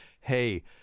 hey